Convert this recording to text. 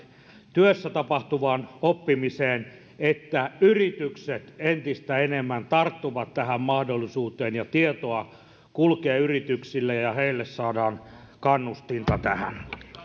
työssä tapahtuvaan oppimiseen yritykset entistä enemmän tarttuvat tähän mahdollisuuteen ja tietoa kulkee yrityksille ja ja heille saadaan kannustinta tähän